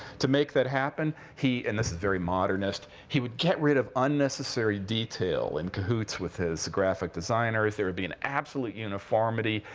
to make that happen, he and this is very modernist. he would get rid of unnecessary detail, in cahoots with his graphic designers. there would be an absolute uniformity.